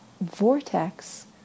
vortex